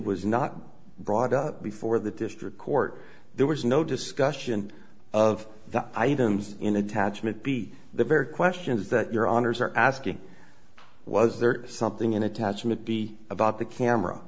was not brought up before the district court there was no discussion of the items in attachment be the very questions that your honour's are asking was there something in attachment the about the camera